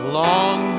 long